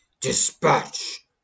Dispatch